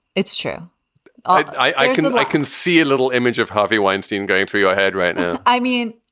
it's true i can i can see a little image of harvey weinstein going through your head right now i mean,